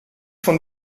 von